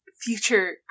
future